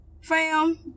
fam